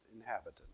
inhabitant